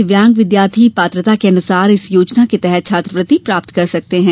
दिव्यांग विद्यार्थी पात्रता के अनुसार इस योजना के तहत छात्रवृत्ति प्राप्त कर सकते हैं